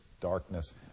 darkness